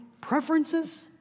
preferences